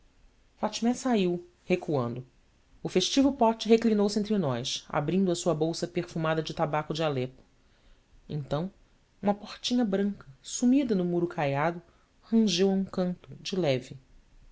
fatmé saiu recuando o festivo pote reclinou-se entre nós abrindo a sua bolsa perfumada de tabaco de alepo então uma portinha branca sumida no muro caiado rangeu a um canto de leve